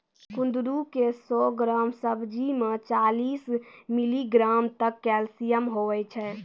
कुंदरू के सौ ग्राम सब्जी मे चालीस मिलीग्राम तक कैल्शियम हुवै छै